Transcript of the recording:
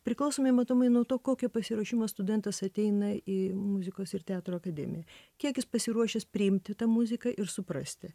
priklausomai matomai nuo to kokio pasiruošimo studentas ateina į muzikos ir teatro akademiją kiek jis pasiruošęs priimti tą muziką ir suprasti